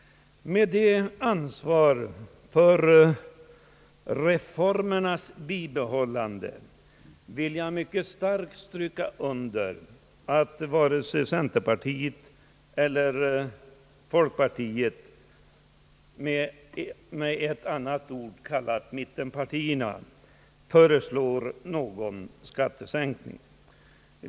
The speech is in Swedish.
Med ett ansvar för reformernas bibehållande vill jag mycket starkt stry ka under att varken centerpartiet eller folkpartiet, med ett annat ord kallade mittenpartierna, föreslår någon skattesänkning.